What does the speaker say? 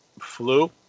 flu